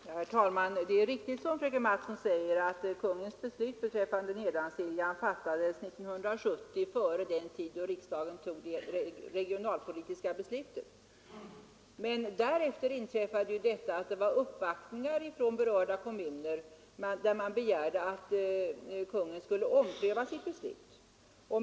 Herr talman! Det är riktigt som fröken Mattson säger, att Kungl. Maj:ts beslut beträffande Nedansiljans tingsrätt fattades 1970, innan riksdagen tog det regionalpolitiska beslutet, men därefter gjorde berörda kommuner uppvaktningar och begärde att Kungl. Maj:t skulle ompröva sitt beslut.